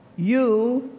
you,